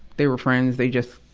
they were friends. they just,